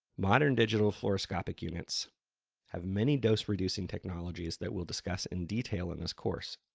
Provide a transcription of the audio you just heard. modern digital fluoroscopic units have many dose-reducing technologies that we'll discuss in detail in this course.